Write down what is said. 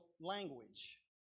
language